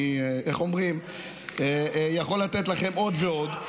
איך אומרים, אני יכול לתת לכם עוד ועוד.